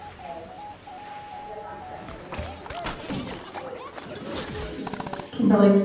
but i guess i'm kind of bullish on the people who are going to kimberly.